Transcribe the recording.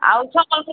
ଆଉ ସମ୍ବଲପୁରୀ